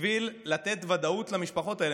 בשביל לתת ודאות למשפחות האלה.